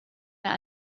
mehr